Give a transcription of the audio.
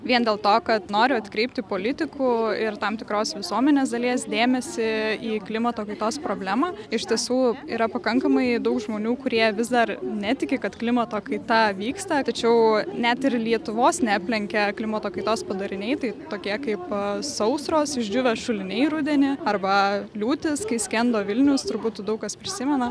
vien dėl to kad noriu atkreipti politikų ir tam tikros visuomenės dalies dėmesį į klimato kaitos problemą iš tiesų yra pakankamai daug žmonių kurie vis dar netiki kad klimato kaita vyksta tačiau net ir lietuvos neaplenkia klimato kaitos padariniai tai tokie kaip sausros išdžiūvę šuliniai rudenį arba liūtys kai skendo vilnius turbūt daug kas prisimena